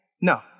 No